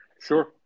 sure